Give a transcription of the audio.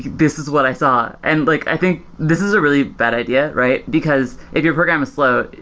this is what i saw. and like i think this is a really bad idea, right? because if your program is slow,